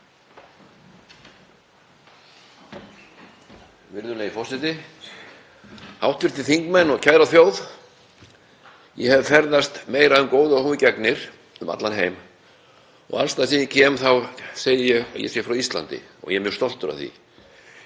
Virðulegi forseti. Hv. þingmenn og kæra þjóð. Ég hef ferðast meira en góðu hófi gegnir um allan heim og alls staðar sem ég kem þá segi ég að ég sé frá Íslandi og ég er mjög stoltur af því.